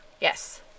Yes